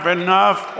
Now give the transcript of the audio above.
enough